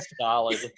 Solid